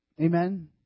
Amen